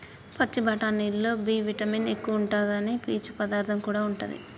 పచ్చి బఠానీలల్లో B vitamin ఎక్కువుంటాదట, పీచు పదార్థం కూడా ఉంటది